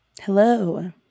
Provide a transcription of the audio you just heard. Hello